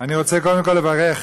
אני רוצה קודם לברך,